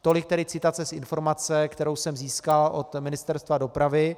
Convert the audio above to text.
Tolik tedy citace z informace, kterou jsem získal od Ministerstva dopravy.